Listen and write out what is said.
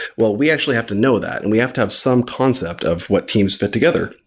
well, we actually have to know that and we have to have some concept of what teams fit together.